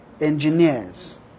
engineers